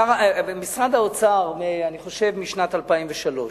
במשרד האוצר אני חושב שמשנת 2003,